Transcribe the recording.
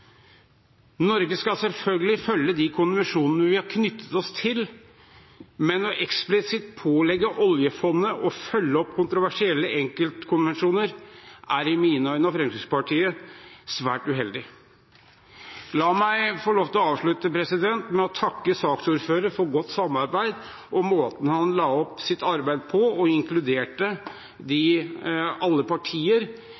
Norge skal selvfølgelig følge de konvensjonene vi har knyttet oss til, men å pålegge oljefondet eksplisitt å følge opp kontroversielle enkeltkonvensjoner er i mine og Fremskrittspartiets øyne svært uheldig. La meg få lov til å avslutte med å takke saksordføreren for godt samarbeid og for måten han la opp sitt arbeid på og inkluderte alle partier